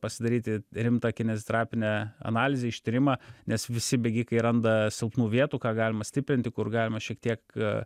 pasidaryti rimtą kineziterapinę analizę ištyrimą nes visi bėgikai randa silpnų vietų ką galima stiprinti kur galima šiek tiek